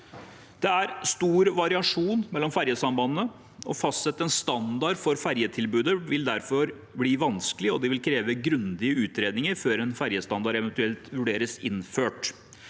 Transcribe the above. Det er stor variasjon mellom ferjesambandene. Å fastsette en standard for ferjetilbudet vil derfor bli vanskelig, og det vil kreves grundige utredninger før en ferjestandard eventuelt vurderes innført.